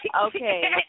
Okay